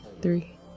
three